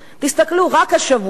תסתכלו, רק השבוע,